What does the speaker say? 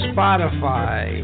Spotify